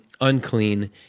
unclean